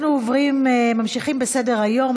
אנחנו ממשיכים בסדר-היום.